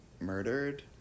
murdered